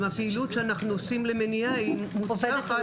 הפעילות למניעה שאנחנו עושים היא מוצלחת.